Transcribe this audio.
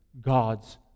God's